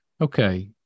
Okay